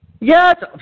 Yes